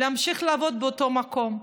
להמשיך לעבוד באותו מקום?